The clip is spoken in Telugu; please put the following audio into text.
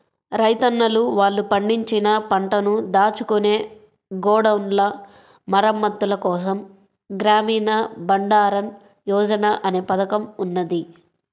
రైతన్నలు వాళ్ళు పండించిన పంటను దాచుకునే గోడౌన్ల మరమ్మత్తుల కోసం గ్రామీణ బండారన్ యోజన అనే పథకం ఉన్నది